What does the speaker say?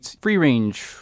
free-range